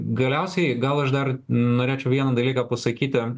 galiausiai gal aš dar norėčiau vieną dalyką pasakyti